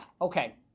Okay